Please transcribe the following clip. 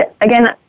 again